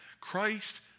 Christ